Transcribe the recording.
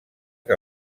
que